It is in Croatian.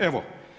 Evo.